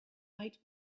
might